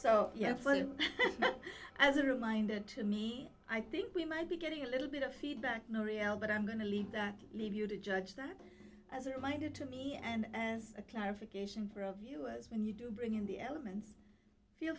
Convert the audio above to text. well as a reminder to me i think we might be getting a little bit of feedback marielle but i'm going to leave that leave you to judge that as a reminder to me and a clarification for of us when you do bring in the elements feel